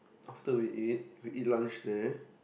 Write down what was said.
after we eat we eat lunch there